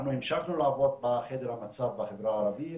אנחנו המשכנו לעבוד בחדר המצב בחברה הערבית,